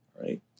right